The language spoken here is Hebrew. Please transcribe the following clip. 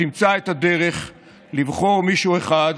ותמצא את הדרך לבחור מישהו אחד